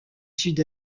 sud